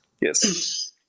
Yes